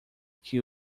que